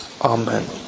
Amen